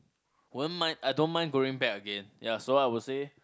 won't mind I don't mind going back again ya so I would say